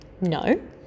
No